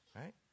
right